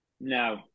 No